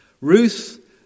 Ruth